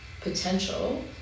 potential